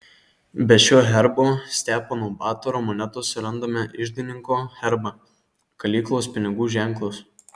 be šio herbo stepono batoro monetose randame iždininko herbą kalyklos pinigų ženklus